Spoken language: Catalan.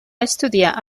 estudiar